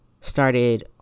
started